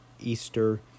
Easter